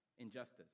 injustice